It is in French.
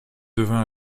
devint